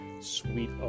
sweet